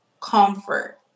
comfort